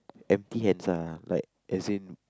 empty hands lah like as in